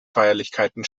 feierlichkeiten